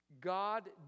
God